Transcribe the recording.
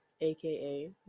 aka